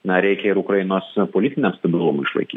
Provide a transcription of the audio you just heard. na reikia ir ukrainos politiniam stabilumui išlaikyt